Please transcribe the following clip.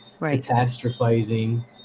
catastrophizing